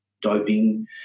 doping